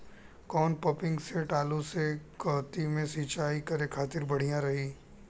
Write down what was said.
कौन pumping set आलू के कहती मे सिचाई करे खातिर बढ़िया रही?